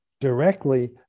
directly